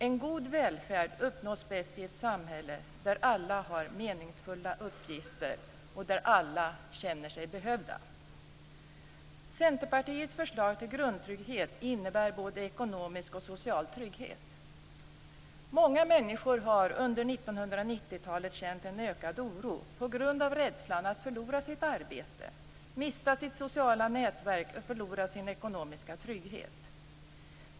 En god välfärd uppnås bäst i ett samhälle där alla har meningsfulla uppgifter och där alla känner sig behövda. Centerpartiets förslag till grundtrygghet innebär både ekonomisk och social trygghet. Många människor har under 1990-talet känt en ökad oro på grund av rädslan för att förlora sitt arbete, mista sitt sociala nätverk och förlora sin ekonomiska trygghet.